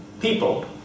people